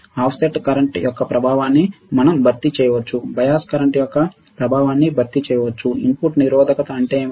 offset current యొక్క ప్రభావాన్ని మేము భర్తీ చేయవచ్చు బయాస్ కరెంట్ యొక్క ప్రభావాన్ని భర్తీ చేయవచ్చు ఇన్పుట్ నిరోధకత అంటే ఏమిటి